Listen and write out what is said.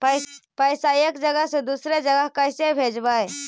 पैसा एक जगह से दुसरे जगह कैसे भेजवय?